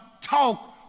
talk